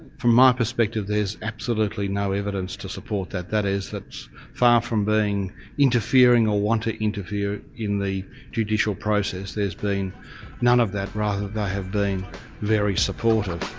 from my perspective, there's absolutely no evidence to support that. that is, it's far from being interfering or want to interfere in the judicial process, there's been none of that rather they have been very supportive.